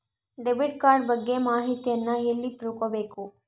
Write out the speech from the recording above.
Debit card ಬಗ್ಗೆ ಮಾಹಿತಿಯನ್ನ ಎಲ್ಲಿ ತಿಳ್ಕೊಬೇಕು?